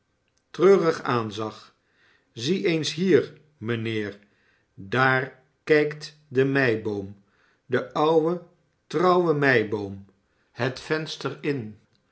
treurig aanzag zie eens hier mijnheer i daar kijkt de meiboom de oude trouwe meiboom het venster in